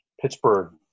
Pittsburgh